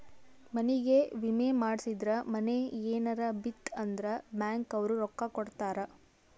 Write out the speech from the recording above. ಮನಿಗೇ ವಿಮೆ ಮಾಡ್ಸಿದ್ರ ಮನೇ ಯೆನರ ಬಿತ್ ಅಂದ್ರ ಬ್ಯಾಂಕ್ ಅವ್ರು ರೊಕ್ಕ ಕೋಡತರಾ